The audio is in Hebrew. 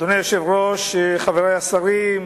אדוני היושב-ראש, חברי השרים,